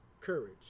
Courage